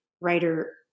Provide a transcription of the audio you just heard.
writer